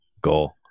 Goal